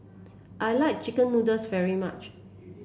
I like chicken noodles very much